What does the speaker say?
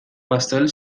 pastel